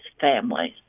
families